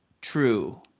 true